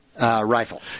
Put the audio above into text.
rifle